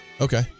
Okay